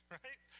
right